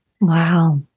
Wow